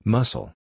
Muscle